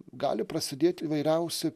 gali prasidėt įvairiausi